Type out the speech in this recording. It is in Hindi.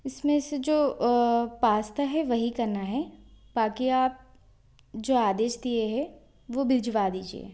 इसमें से जो पास्ता है वही करना है बाकि आप जो आदेश दिए है वो भिजवा दीजिए